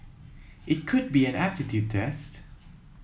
it could be an aptitude test